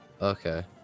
Okay